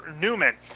Newman